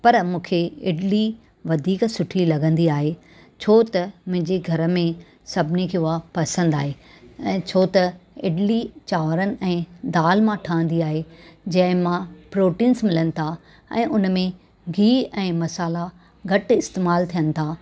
पर मूंखे इडली वधीक सुठी लॻंदी आहे छो त मुंहिंजे घर में सभिनी खे उहा पसंदि आहे ऐं छो त इडली चांवरनि ऐं दालि मां ठहिंदी आहे जंहिं मां प्रोटींस मिलनि था ऐं हुन में गिहु ऐं मसाला घटि इस्तेमालु थियनि था